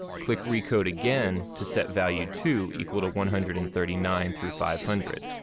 click recode again to set value two equal to one hundred and thirty nine through five hundred.